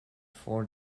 four